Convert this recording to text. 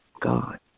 God